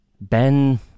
Ben